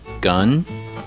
gun